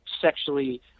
sexually